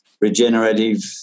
regenerative